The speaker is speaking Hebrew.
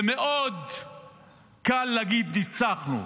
מאוד קל להגיד "ניצחנו",